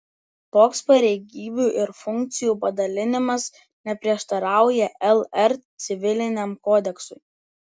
toks pareigybių ir funkcijų padalinimas neprieštarauja lr civiliniam kodeksui